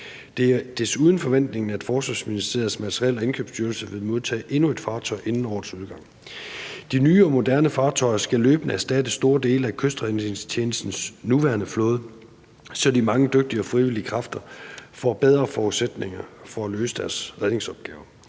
Det er desuden forventningen, at Forsvarsministeriets Materiel- og Indkøbsstyrelse vil modtage endnu et fartøj inden årets udgang. De nye og moderne fartøjer skal løbende erstatte store dele af Kystredningstjenestens nuværende flåde, så de mange dygtige og frivillige kræfter får bedre forudsætninger for at løse deres redningsopgaver.